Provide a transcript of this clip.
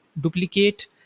duplicate